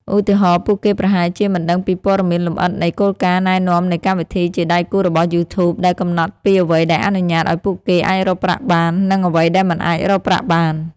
ឧទាហរណ៍ ពួកគេប្រហែលជាមិនដឹងពីពណ៌មានលម្អិតនៃ គោលការណ៍ណែនាំនៃកម្មវិធីជាដៃគូរបស់យូធូប ដែលកំណត់ពីអ្វីដែលអនុញ្ញាតឲ្យពួកគេអាចរកប្រាក់បាន និងអ្វីដែលមិនអាចរកប្រាក់បាន។